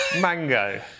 mango